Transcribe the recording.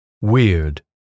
Weird